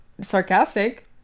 sarcastic